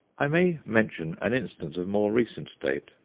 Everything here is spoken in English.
i may mention an instance of more recent date,